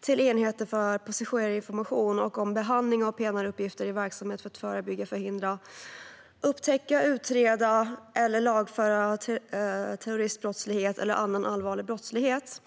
till enheter för passagerarinformation och om behandling av PNR-uppgifter i verksamhet för att förebygga, förhindra, upptäcka, utreda eller lagföra terroristbrottslighet eller annan allvarlig brottslighet.